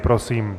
Prosím.